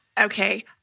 Okay